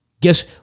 Guess